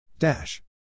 dash